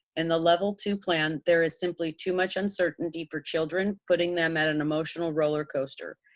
in the level two plan, there is simply too much uncertainty for children putting them at an emotional roller coaster.